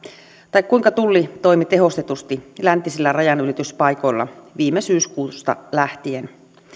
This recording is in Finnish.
tai kuinka tulli toimi tehostetusti läntisillä rajanylityspaikoilla viime syyskuusta lähtien